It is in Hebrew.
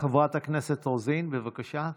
חברת הכנסת רוזין, בבקשה.